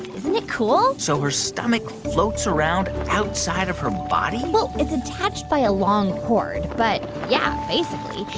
isn't it cool? so her stomach floats around outside of her body? well, it's attached by a long cord, but yeah, basically.